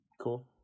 cool